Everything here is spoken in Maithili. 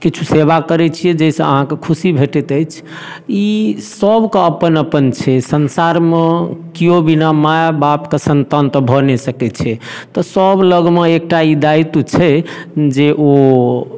किछु सेवा करैत छियै जाहिसँ अहाँकऽ खुशी भेटैत अछि ई सब कऽ अपन अपन छै संसारमे केओ बिना माए बाप कऽ संतान तऽ भऽ नहि सकैत छै तऽ सब लगमे एकटा ई दायित्व छै जे ओ